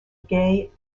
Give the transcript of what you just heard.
gay